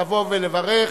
לבוא ולברך,